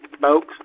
folks